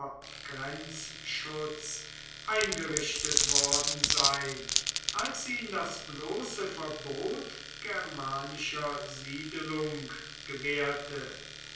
grenzschutz eingerichtet worden sein als ihn das bloße verbot germanischer siedelung gewährte